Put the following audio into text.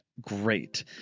great